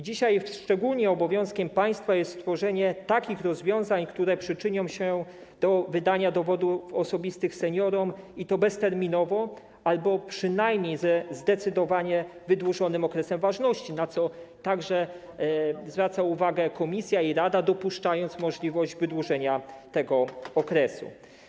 Dzisiaj szczególnym obowiązkiem państwa jest tworzenie takich rozwiązań, które przyczynią się do wydania dowodów osobistych seniorom, i to bezterminowo albo przynajmniej ze zdecydowanie wydłużonym okresem ważności, na co także zwracają uwagę Komisja i Rada, dopuszczając możliwość wydłużenia tego okresu.